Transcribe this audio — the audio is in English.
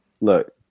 Look